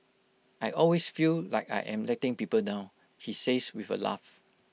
I always feel like I am letting people down he says with A laugh